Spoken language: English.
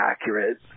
accurate